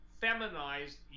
feminized